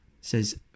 says